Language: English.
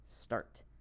start